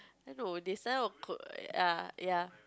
err no they send out code ya ya